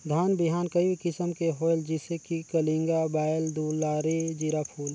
धान बिहान कई किसम के होयल जिसे कि कलिंगा, बाएल दुलारी, जीराफुल?